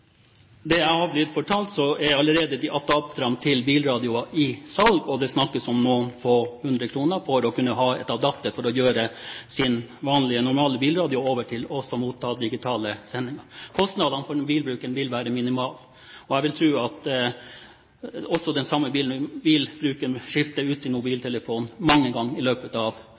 jeg er blitt fortalt, er adapterne til bilradioer allerede i salg, og det er snakk om noen få hundre kroner for å kunne ha en adapter for å gjøre sin vanlige, normale bilradio om til også å motta digitale sendinger. Kostnaden for den bruken vil være minimal. Jeg vil tro at den samme brukeren av bilradio vil skifte ut sin mobiltelefon mange ganger. Hvis vi sammenligner det med den investeringen man gjør i